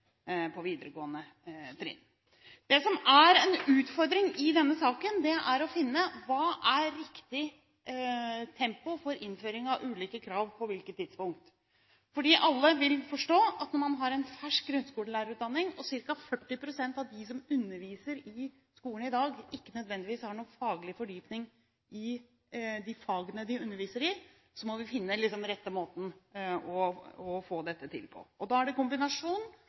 på videregående trinn. Det som er en utfordring i denne saken, er å finne: Hva er riktig tempo for innføring av ulike krav og på hvilket tidspunkt? Alle vil forstå at når man har en fersk grunnskolelærerutdanning, og ca. 40 pst. av dem som underviser i skolen i dag ikke nødvendigvis har noen faglig fordypning i de fagene de underviser i, må vi finne den rette måten å få dette til på. Da er det